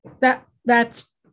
That—that's